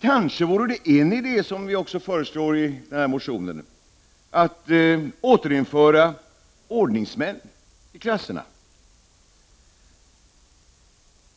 Kanske vore det en idé, som vi också föreslår i motionen, att återinföra ordningsmän i klasserna.